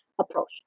approach